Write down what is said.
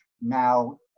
now